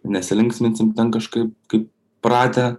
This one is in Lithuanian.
nesilinksminsim ten kažkaip kaip pratę